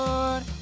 Lord